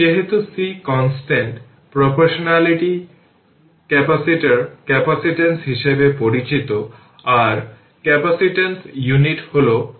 অতএব এই সমস্ত কিছুর জন্য বিভিন্ন সময়ের ইন্টারভ্যাল ভোল্টেজের পরিবর্তনের এই সমস্ত রেটকে এখন গণনা করা হয়েছে